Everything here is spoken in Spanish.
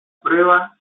prueba